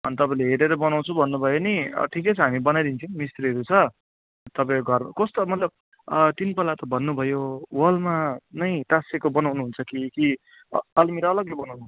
अन्त तपाईँले हेरेर बनाउँछु भन्नु भयो नि ठिकै छ हामी बनाइदिन्छौँ मिस्त्रीहरू छ तपाईँको घर कस्तो मतलब तिन पल्ला त भन्नु भयो वालमा नै टाँस्सेको बनाउनु हुन्छ कि कि अलमिरा अलग्गै बनाउनु हुन्छ